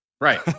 Right